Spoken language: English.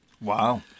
Wow